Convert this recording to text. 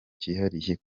cyihariye